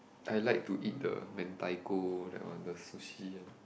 I like to eat the mentaiko that one the sushi one